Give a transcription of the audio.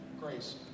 grace